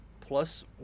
plus